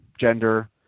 gender